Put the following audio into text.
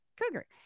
cougar